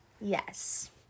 Yes